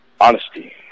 Honesty